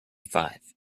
five